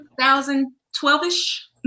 2012-ish